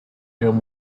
him